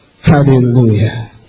Hallelujah